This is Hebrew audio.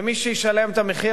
ומי שישלם את המחיר,